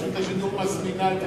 רשות השידור מזמינה את,